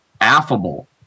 affable